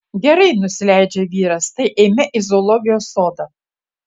gerai nusileidžia vyras tai eime į zoologijos sodą